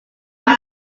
demi